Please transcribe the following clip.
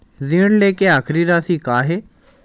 ऋण लेके आखिरी राशि का हे?